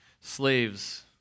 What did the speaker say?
Slaves